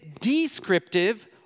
descriptive